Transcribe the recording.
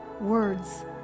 words